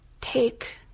take